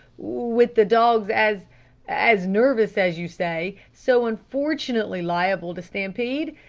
with the dogs as as nervous as you say so unfortunately liable to stampede?